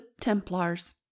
Templars